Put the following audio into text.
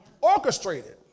orchestrated